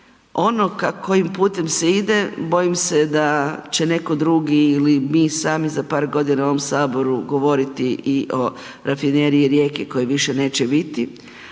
Ono kojim putem se ide, bojim se da će netko drugi ili mi sami za par godina u ovom Saboru govoriti i o Rafineriji Rijeka koje više neće biti.